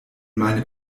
meine